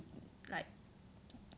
like